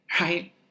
right